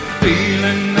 feeling